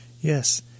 Yes